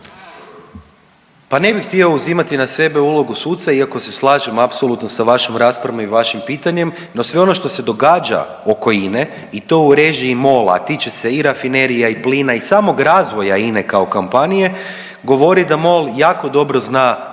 Pa ne bih htio uzimati na sebe ulogu suca iako se slažem apsolutno sa vašim raspravama i vašim pitanjem. No, sve ono što se događa oko INE i to u režiji MOLA, a tiče se i rafinerija i plina i samog razvoja INE kao kompanije, govori da MOL jako dobro zna brojiti